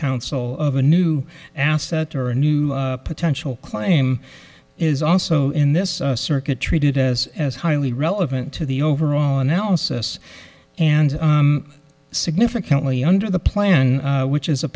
counsel of a new asset or a new potential claim is also in this circuit treated as as highly relevant to the overall analysis and significantly under the plan which is a